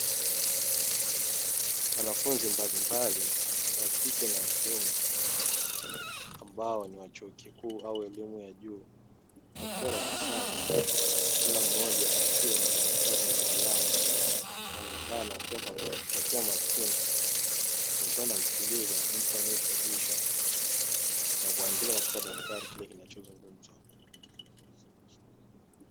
Wanafunzi mbalimbali wa kike na wa kiume ambao ni wa chuo kikuu au elimu ya juu wakiwa darasani, kila mmoja akiwa na daftari na kalamu wanaonekana wakiwa makini wakiwa wanamsikiliza mtu anayefundisha na kuandika katika daftari kile kinachozungumzwa.